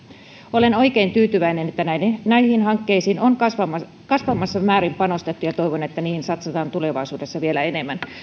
olen oikein tyytyväinen että näihin hankkeisiin on kasvavassa määrin panostettu ja toivon että niihin satsataan tulevaisuudessa vielä enemmän